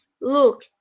look